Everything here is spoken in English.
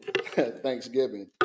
Thanksgiving